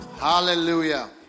hallelujah